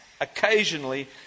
Occasionally